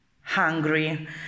hungry